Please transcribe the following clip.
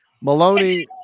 Maloney